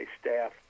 staff